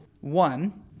one